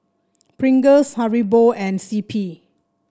Pringles Haribo and C P